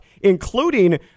including